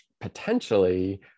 potentially